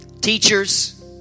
teachers